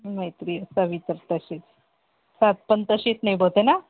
मैत्री असावी तर तशीच साथ पण तशीच निभावते ना